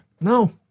No